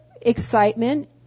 excitement